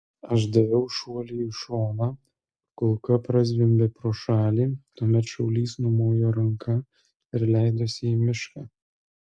aš daviau šuolį į šoną kulka prazvimbė pro šalį tuomet šaulys numojo ranka ir leidosi į mišką